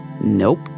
nope